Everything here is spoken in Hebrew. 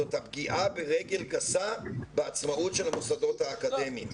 זאת הפגיעה ברגל גסה בעצמאות של המוסדות האקדמיים.